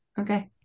Okay